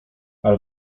ale